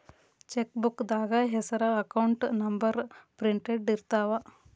ಚೆಕ್ಬೂಕ್ದಾಗ ಹೆಸರ account number printed ಇರ್ತಾವ